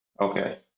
Okay